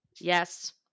Yes